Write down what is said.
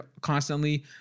constantly